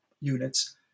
units